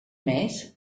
més